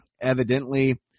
Evidently